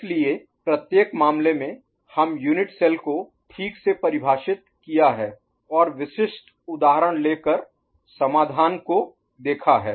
इसलिए प्रत्येक मामले में हमने यूनिट सेल को ठीक से परिभाषित किया है और विशिष्ट उदाहरण लेकर समाधान को देखा है